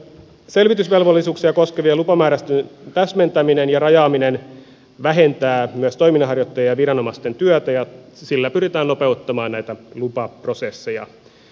selvitysvelvollisuuksia koskevien lupamää räysten täsmentäminen ja rajaaminen vähentää myös toiminnanharjoittajien ja viranomaisten työtä ja sillä pyritään nopeuttamaan näitä lupaprosesseja